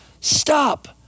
Stop